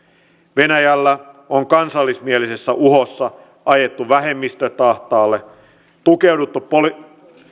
venäjällä on kansallismielisessä uhossa ajettu vähemmistöt ahtaalle